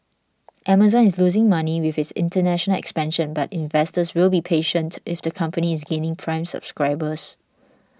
Amazon is losing money with its international expansion but investors will be patient if the company is gaining prime subscribers